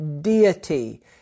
deity